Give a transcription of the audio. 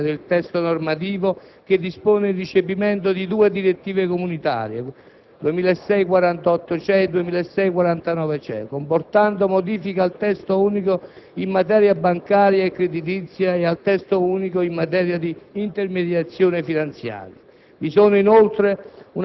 Tali requisiti si evincono chiaramente nella parte prevalente del testo normativo che dispone il recepimento di due direttive comunitarie (2006/48/CE e 2006/49/CE), comportando modifiche al Testo unico in materia bancaria e creditizia e al Testo unico in materia di